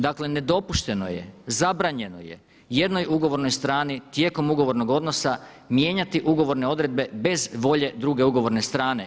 Dakle, nedopušteno je, zabranjen je jednoj ugovornoj strani tijekom ugovornog odnosa mijenjati ugovorne odredbe bez volje druge ugovorne strane.